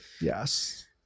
yes